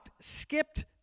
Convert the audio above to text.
skipped